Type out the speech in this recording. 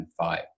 2005